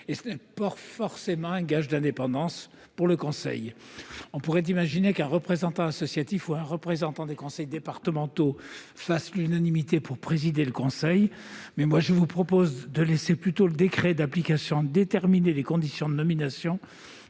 constituerait pas forcément un gage d'indépendance pour le Conseil. On pourrait imaginer qu'un représentant associatif ou un représentant des conseils départementaux fasse l'unanimité pour présider l'organisme. Je vous propose donc de laisser le décret d'application déterminer les conditions de nomination